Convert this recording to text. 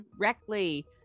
directly